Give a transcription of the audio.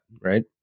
right